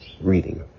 reading